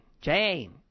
Jane